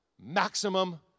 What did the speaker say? maximum